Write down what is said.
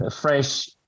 fresh